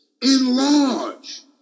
enlarge